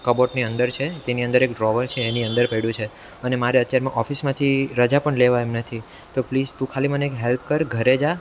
કબાટની અંદર છે તેની અંદર એક ડ્રોવર છે એની અંદર પડ્યું છે અને મારે અત્યારમાં ઓફિસમાં રજા પણ લેવાય એમ નથી તો પ્લીઝ તું ખાલી મને મને એક હેલ્પ કર ઘરે જા